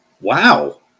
Wow